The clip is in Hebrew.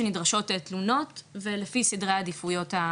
שנדרשות תלונות ולפי סדרי העדיפויות של